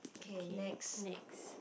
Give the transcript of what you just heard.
okay next